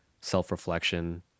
self-reflection